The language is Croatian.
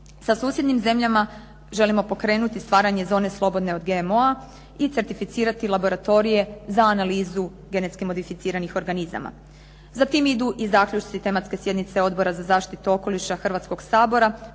Sa susjednim zemljama želimo pokrenuti stvaranje zone slobodne od GMO-a i certificirati laboratorije za analizu GMO-a. Za tim idu i zaključci tematske sjednice Odbora za zaštitu okoliša Hrvatskog sabora